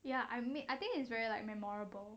ya I mean I think it's very like memorable